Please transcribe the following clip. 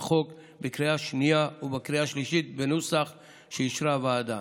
החוק בקריאה השנייה ובקריאה השלישית בנוסח שאישרה הוועדה.